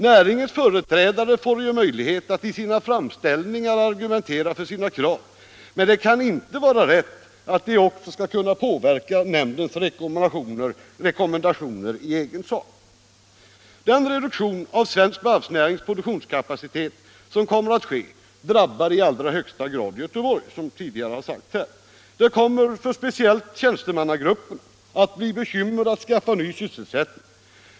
Näringens företrädare får ju möjlighet att i sina framställningar argumentera för sina krav, men det kan inte vara rätt att de också skall kunna påverka nämndens rekommendationer i egen sak. Den reduktion av svensk varvsnärings produktionskapacitet som kommer att ske drabbar i allra högsta grad Göteborg, som tidigare sagts här. Det kommer speciellt för tjänstemannagrupperna att bli bekymmer med att skaffa ny sysselsättning.